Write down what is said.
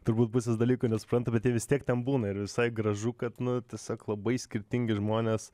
turbūt pusės dalykų nesupranta bet vis tiek tam būna ir visai gražu kad nu tiesog labai skirtingi žmonės